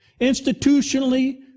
Institutionally